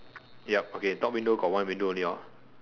yup okay top window got one window only hor